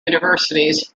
universities